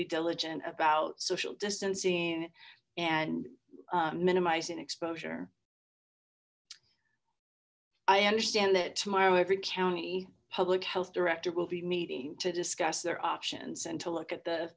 be diligent about social distancing and minimizing exposure i understand that tomorrow every county public health director will be meeting to discuss their options and to look